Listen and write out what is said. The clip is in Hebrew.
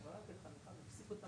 תכנית 31-11-01 - שכר 1,110 אלפי שקלים.